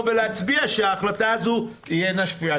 ולהצביע שההחלטה הזו היא אינה שפויה.